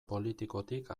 politikotik